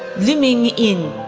luming yin,